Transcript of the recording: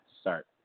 start